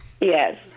Yes